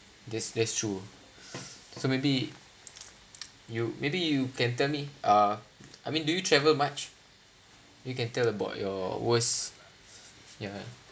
that's that's true so maybe you maybe you can tell me uh I mean do you travel much you can tell about your worst ya